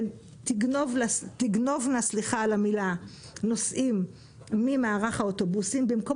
הן תגנובנה סליחה על המילה נוסעים ממערך האוטובוסים במקום